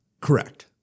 Correct